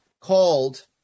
called